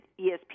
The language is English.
ESPN